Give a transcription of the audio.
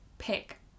pick